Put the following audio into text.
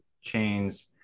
chains